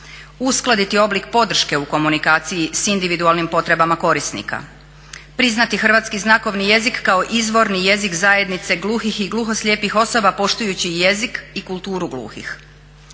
Uskladiti oblik podrške u komunikaciji s individualnim potrebama korisnika, priznati hrvatski znakovni jezik kao izvorni jezik zajednice gluhih i gluhoslijepih osoba poštujući jezik i kulturu gluhih.